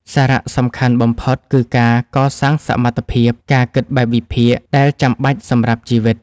សារៈសំខាន់បំផុតគឺការកសាងសមត្ថភាព ការគិតបែបវិភាគ ដែលចាំបាច់សម្រាប់ជីវិត។